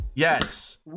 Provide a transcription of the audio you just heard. yes